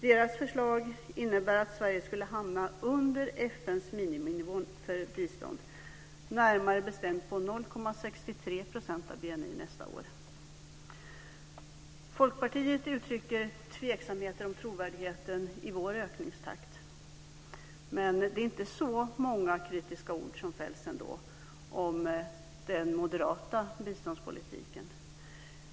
Deras förslag innebär att Sverige skulle hamna under FN:s miniminivå för bistånd, närmare bestämt på 0,63 % av BNI nästa år. Folkpartiet uttrycker tveksamheter om trovärdigheten i vår ökningstakt. Men det är ändå inte så många kritiska ord som fälls om den moderata biståndspolitiken.